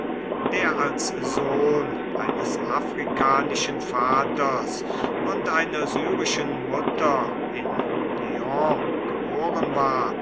der als sohn eines afrikanischen vaters und einer syrischen mutter in lyon geboren war